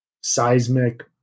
seismic